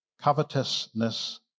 Covetousness